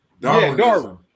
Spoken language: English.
Darwin